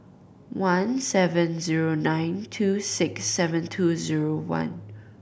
one seven zero nine two six seven two zero one